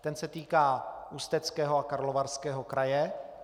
Ten se týká Ústeckého a Karlovarského kraje.